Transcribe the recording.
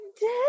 dead